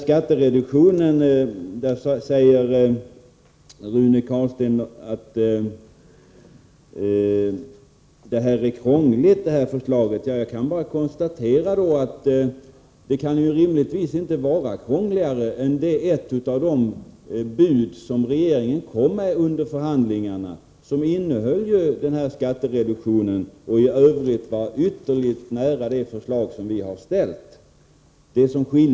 Skattereduktionen, säger Rune Carlstein, är ett krångligt förslag. Jag kan bara konstatera att det inte rimligtvis kan vara krångligare än ett av de bud som regeringen kom med under förhandlingarna. Det innehöll nämligen en sådan här skattereduktion och låg i övrigt ytterligt nära det förslag som vi har lagt fram.